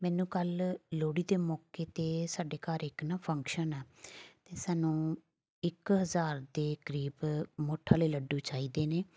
ਮੈਨੂੰ ਕੱਲ੍ਹ ਲੋਹੜੀ ਦੇ ਮੌਕੇ 'ਤੇ ਸਾਡੇ ਘਰ ਇੱਕ ਨਾ ਫੰਕਸ਼ਨ ਆ ਅਤੇ ਸਾਨੂੰ ਇੱਕ ਹਜ਼ਾਰ ਦੇ ਕਰੀਬ ਮੋਠਾਂ ਵਾਲੇ ਲੱਡੂ ਚਾਹੀਦੇ ਨੇ